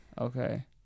Okay